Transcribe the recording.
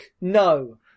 No